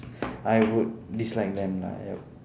I would dislike them lah yup